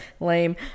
lame